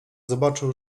zobaczył